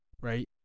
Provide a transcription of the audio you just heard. right